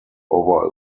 over